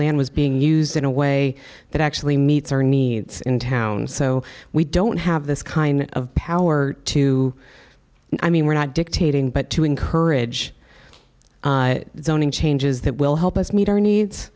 land was being used in a way that actually meets our needs in towns so we don't have this kind of power to i mean we're not dictating but to encourage zoning changes that will help us meet our needs